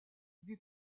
lui